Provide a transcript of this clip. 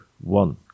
one